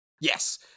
Yes